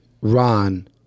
Ron